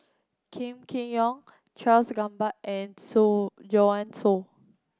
Kam Kee Yong Charles Gamba and Soo Joanne Soo